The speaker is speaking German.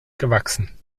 gewachsen